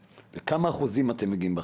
לכמה אחוזים אתם מגיעים בחקירות?